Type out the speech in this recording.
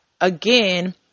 again